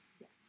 Yes